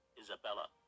Isabella